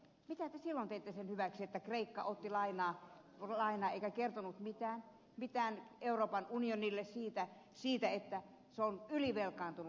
mitä te silloin teitte sen hyväksi että kreikka otti lainaa eikä kertonut mitään euroopan unionille siitä että se on ylivelkaantunut